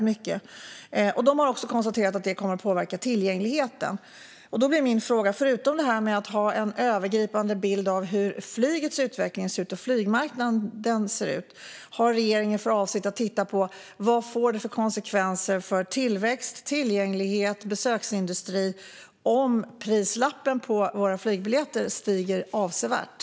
Man har också konstaterat att detta kommer att påverka tillgängligheten. Förutom att ha en övergripande bild av flygets och flygmarknadens utveckling, har regeringen för avsikt att titta på vad det får för konsekvenser för tillväxt, tillgänglighet och besöksindustri om prislappen på våra flygbiljetter stiger avsevärt?